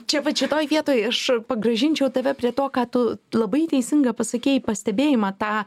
čia vat šitoj vietoj aš pagrąžinčiau tave prie to ką tu labai teisingą pasakei pastebėjimą tą